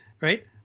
right